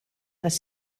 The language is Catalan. les